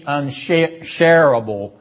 unshareable